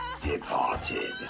departed